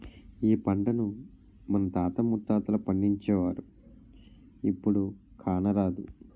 ఈ పంటను మన తాత ముత్తాతలు పండించేవారు, ఇప్పుడు కానరాదు